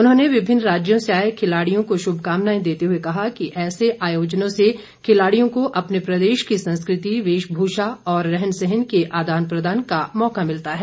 उन्होंने विभिन्न राज्यों से आए खिलाड़ियों के शुभकामनाएं देते हुए कहा कि ऐसे आयोजनों से खिलाड़ियों को अपने प्रदेश की संस्कृति वेशभूषा और रहन सहन के आदान प्रदान का मौका मिलता है